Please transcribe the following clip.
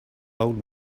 old